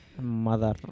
Mother